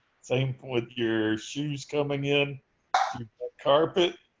same with your shoes coming in carpet.